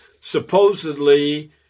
supposedly